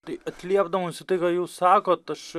tai atliepdamas į tai ką jūs sakot aš